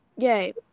Yay